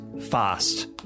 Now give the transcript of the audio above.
fast